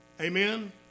Amen